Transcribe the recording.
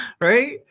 Right